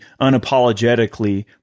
unapologetically